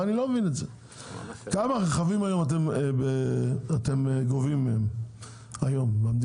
כמה רכבים אתם גובים מהם היום?